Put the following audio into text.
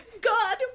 god